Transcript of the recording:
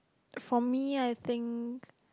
for me I think